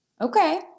Okay